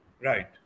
Right